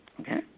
okay